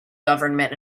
government